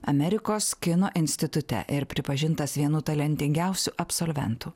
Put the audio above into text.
amerikos kino institute ir pripažintas vienu talentingiausiu absolventų